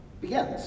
begins